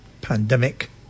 pandemic